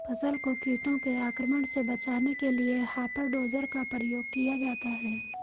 फसल को कीटों के आक्रमण से बचाने के लिए हॉपर डोजर का प्रयोग किया जाता है